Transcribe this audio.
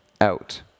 out